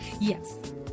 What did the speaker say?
Yes